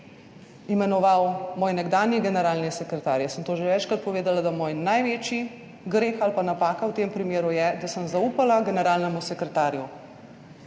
imenoval moj nekdanji generalni sekretar. Jaz sem to že večkrat povedala, da moj največji greh ali pa napaka v tem primeru je, da sem zaupala generalnemu sekretarju,